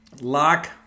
lock